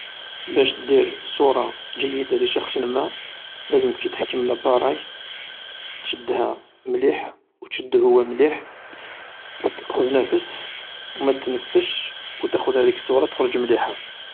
باش دير صورة جيدة لشخص ما لازم كي تحكم لاباراي تشدها مليح و تشدو هو مليح و تأخذ نفس و ما تتنفسش و تأخذ هاذيك الصورة تخرج مليحة.